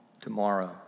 tomorrow